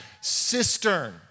cistern